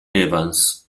evans